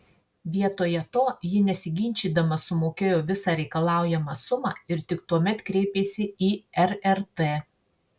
vietoje to ji nesiginčydama sumokėjo visą reikalaujamą sumą ir tik tuomet kreipėsi į rrt